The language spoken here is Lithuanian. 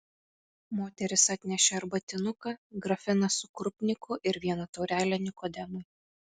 moteris atnešė arbatinuką grafiną su krupniku ir vieną taurelę nikodemui